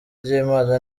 ry’imana